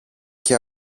και